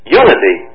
unity